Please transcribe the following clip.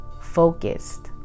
focused